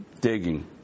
digging